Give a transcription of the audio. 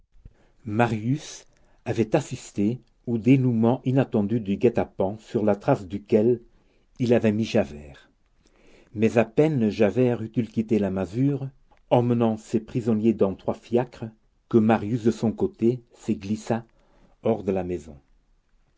marius avait assisté au dénouement inattendu du guet-apens sur la trace duquel il avait mis javert mais à peine javert eut-il quitté la masure emmenant ses prisonniers dans trois fiacres que marius de son côté se glissa hors de la maison